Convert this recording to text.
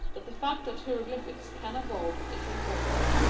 but the fact that hieroglyphics can evolve is important.